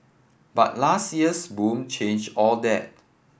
but last year's boom changed all that